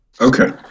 Okay